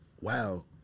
Wow